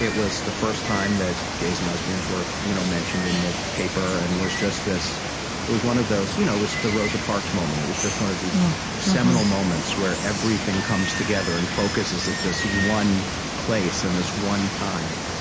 it was the first time that gays and lesbians were you know mentioned in the paper. and it was just this it was one of those you know it was the rosa parks moment. it was just one of these seminal moments where everything comes together and focuses at this one place, and this one time.